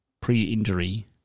pre-injury